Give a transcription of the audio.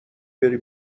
بری